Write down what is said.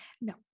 No